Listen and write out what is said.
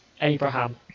Abraham